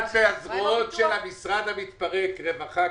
אחד הזרועות של המשרד המתפרק רווחה,